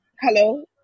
Hello